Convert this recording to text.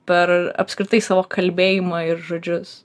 per apskritai savo kalbėjimą ir žodžius